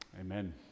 Amen